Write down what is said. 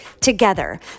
Together